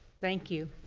thank you!